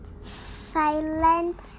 Silent